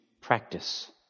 practice